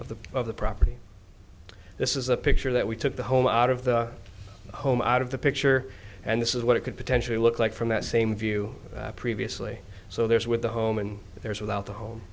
of the of the property this is a picture that we took the whole out of the home out of the picture and this is what it could potentially look like from that same view previously so there's with the home and there's without a home